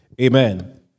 amen